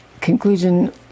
conclusion